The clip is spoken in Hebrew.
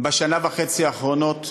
בשנה וחצי האחרונה,